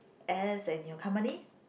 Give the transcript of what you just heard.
as and your company